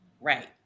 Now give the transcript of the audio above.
Right